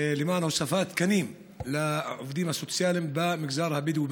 למען הוספת תקנים לעובדים הסוציאליים במגזר הבדואי,